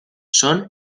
son